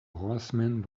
horseman